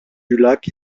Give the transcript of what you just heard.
lac